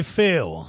feel